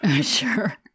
Sure